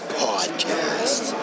podcast